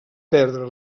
perdre